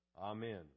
Amen